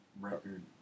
record